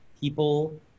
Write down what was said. people